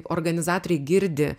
organizatoriai girdi